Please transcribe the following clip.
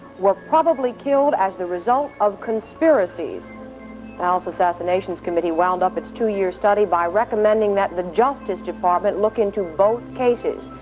were probably killed as the result of conspiracies. the house assassinations committee wound up its two year study. by recommending that the justice department look into both cases.